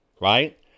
right